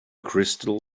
crystal